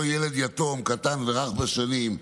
אותו ילד יתום, קטן ורך בשנים,